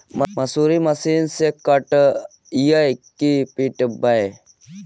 मसुरी मशिन से कटइयै कि पिटबै?